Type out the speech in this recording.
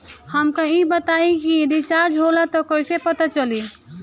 हमका ई बताई कि रिचार्ज होला त कईसे पता चली?